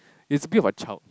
he's a bit of a child